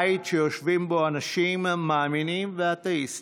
בית שיושבים בו אנשים מאמינים ואתאיסטים,